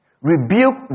rebuke